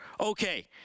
Okay